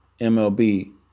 MLB